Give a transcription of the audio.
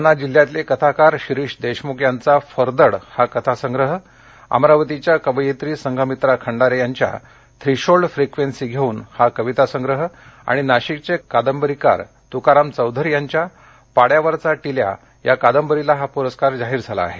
जालना जिल्ह्यातले कथाकार शिरीष देशमुख यांचा फरदड हा कथासंग्रह अमरावतीच्या कवयित्री संघमित्रा खंडारे यांच्या थ्रीशोल्ड फ्रिक्वेन्सी घेऊन हा कविता संग्रह आणि नाशिकचे कादंबरीकार तुकाराम चौधरी यांच्या पाङ्यावरचा टिल्या या कादंबरीला हा पुरस्कार जाहीर झाला आहे